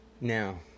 Now